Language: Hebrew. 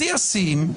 שיא השיאים,